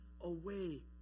away